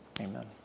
Amen